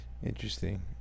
Interesting